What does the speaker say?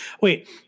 Wait